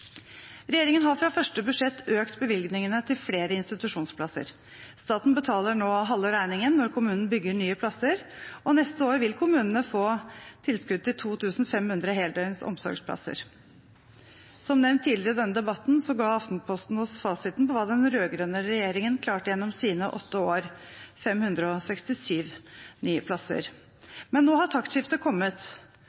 Regjeringen har fra første budsjett økt bevilgningene til flere institusjonsplasser. Staten betaler nå halve regningen når kommunen bygger nye plasser, og neste år vil kommunene få tilskudd til 2 500 heldøgns omsorgsplasser. Som nevnt tidligere i denne debatten ga Aftenposten oss fasiten på hva den rød-grønne regjeringen klarte gjennom sine åtte år – 567 nye plasser.